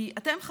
כי אתם,